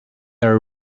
are